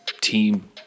team